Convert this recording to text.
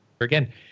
Again